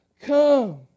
come